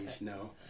no